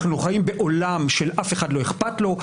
אנחנו חיים בעולם שאף אחד לא אכפת לו.